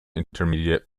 intermediate